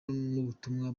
n’ubutumwa